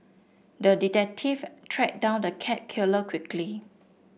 the detective tracked down the cat killer quickly